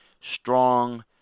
strong